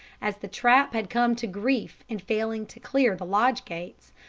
as the trap had come to grief in failing to clear the lodge gates,